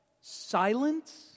silence